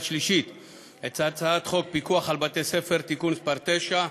שלישית את הצעת חוק פיקוח על בתי-ספר (תיקון מס' 9),